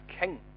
king